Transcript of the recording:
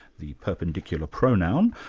the perpendicular pronoun,